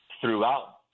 throughout